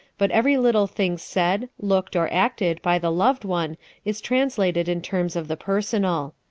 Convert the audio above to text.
but every little thing said, looked, or acted by the loved one is translated in terms of the personal.